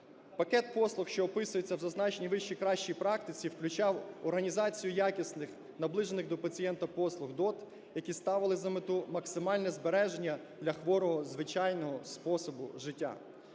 Пакет послуг, що вписується в зазначеній вище кращій практиці включав організацію якісних, наближених до пацієнта, послуг ДОТ, які ставили за мету максимальне збереження для хворого звичайного способу життя.